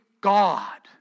God